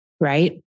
Right